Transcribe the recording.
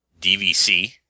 DVC